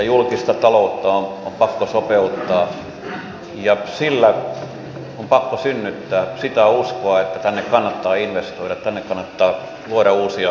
julkista taloutta on pakko sopeuttaa ja sillä on pakko synnyttää sitä uskoa että tänne kannattaa investoida tänne kannattaa luoda uusia yrityksiä